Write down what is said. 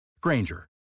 Granger